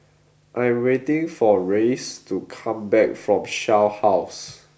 I am waiting for Rhys to come back from Shell House